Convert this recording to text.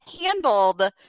handled